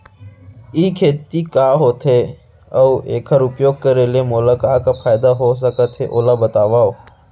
ई खेती का होथे, अऊ एखर उपयोग करे ले मोला का का फायदा हो सकत हे ओला बतावव?